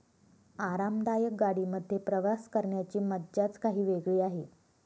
आरामदायक गाडी मध्ये प्रवास करण्याची मज्जाच काही वेगळी आहे